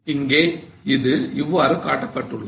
இங்கே இது இவ்வாறு காட்டப்பட்டுள்ளது